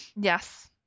Yes